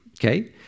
Okay